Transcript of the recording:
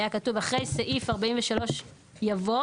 היה כתוב: "אחרי סעיף 43 יבוא: